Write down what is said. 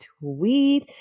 tweet